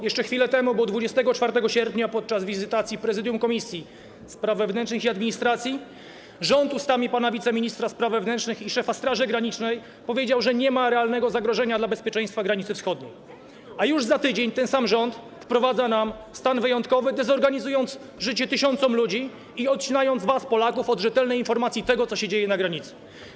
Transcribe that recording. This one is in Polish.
Jeszcze chwilę temu, bo 24 sierpnia, podczas wizytacji prezydium komisji spraw wewnętrznych i administracji rząd ustami pana wiceministra spraw wewnętrznych i szefa Straży Granicznej powiedział, że nie ma realnego zagrożenia dla bezpieczeństwa granicy wschodniej, a już po tygodniu ten sam rząd wprowadza stan wyjątkowy, dezorganizując życie tysiącom ludzi i odcinając was, Polaków od rzetelnej informacji i tego, co się dzieje na granicy.